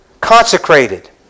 consecrated